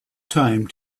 time